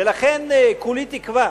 ולכן כולי תקווה